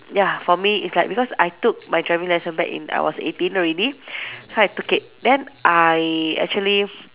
ya for me is like because I took my driving licence back in I was eighteen already so I took it then I actually